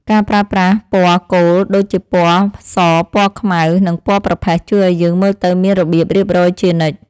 ការប្រើប្រាស់ពណ៌គោលដូចជាពណ៌សពណ៌ខ្មៅ និងពណ៌ប្រផេះជួយឱ្យយើងមើលទៅមានរបៀបរៀបរយជានិច្ច។